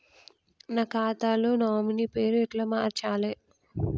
నా ఖాతా లో నామినీ పేరు ఎట్ల మార్చాలే?